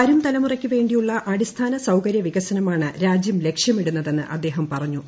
വരും തലമുറക്ക് വേണ്ടിയുളള അടിസ്ഥാന സൌകര്യ വികസനമാണ് രാജ്യം ലക്ഷ്യമിടുന്നതെന്ന് അദ്ദേഹം പറഞ്ഞു